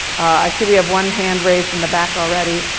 i see we have one hand raised in the back already.